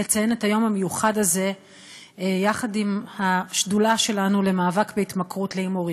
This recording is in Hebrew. לציין את היום המיוחד הזה יחד עם השדולה שלנו למאבק בהתמכרות להימורים.